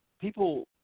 people